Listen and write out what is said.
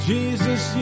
Jesus